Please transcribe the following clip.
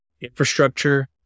infrastructure